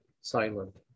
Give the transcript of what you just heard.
silent